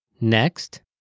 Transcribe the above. Next